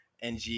ng